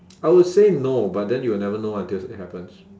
I will say no but then you will never know until it's it happens